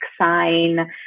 sign